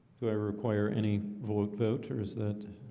do i require any vote vote or is that